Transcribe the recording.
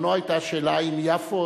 בזמנו היתה שאלה אם יפו,